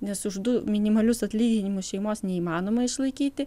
nes už du minimalius atlyginimus šeimos neįmanoma išlaikyti